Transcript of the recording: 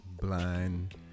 Blind